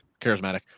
charismatic